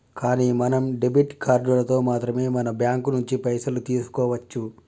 కానీ మనం డెబిట్ కార్డులతో మాత్రమే మన బ్యాంకు నుంచి పైసలు తీసుకోవచ్చు